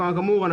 כאמור,